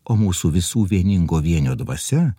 o mūsų visų vieningo vienio dvasia